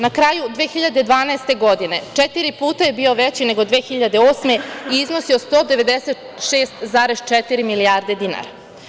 Na kraju, 2012. godine četiri puta je bio veći nego 2008. godine i iznosi je 196,4 milijarde dinara.